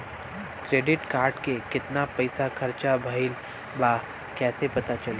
Credit card के कितना पइसा खर्चा भईल बा कैसे पता चली?